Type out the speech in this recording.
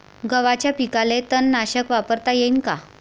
गव्हाच्या पिकाले तननाशक वापरता येईन का?